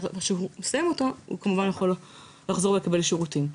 וכשהוא יסיים אותה הוא כמובן יכול לחזור לקבל שירותים,